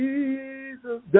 Jesus